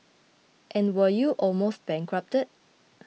and were you almost bankrupted